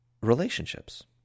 Relationships